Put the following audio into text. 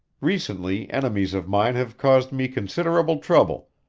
recently enemies of mine have caused me considerable trouble,